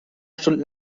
stunden